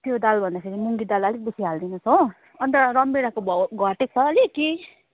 त्यो दाल भन्दाखेरि मुङ्गी दाल अलिक बेसी हालिदिनुहोस् हो अन्त रामभेँडाको भाउ घटेको छ अलिक कि